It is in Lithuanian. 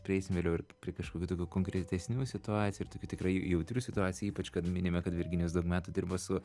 prieisim vėliau ir prie kažkokių tokių konkretesnių situacijų ir tokių tikrai jautrių situacijų ypač kad minime kad virginijos daug metų dirba su